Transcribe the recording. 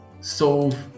solve